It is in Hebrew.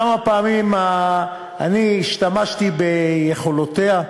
כמה פעמים אני השתמשתי ביכולותיה.